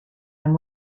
and